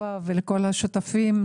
הכפפה ולכל השותפים.